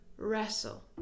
wrestle